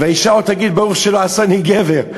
והאישה עוד תגיד "ברוך שלא עשני גבר",